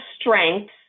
strengths